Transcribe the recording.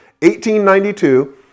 1892